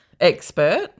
Expert